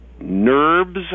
nerves